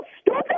stupid